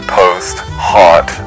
post-hot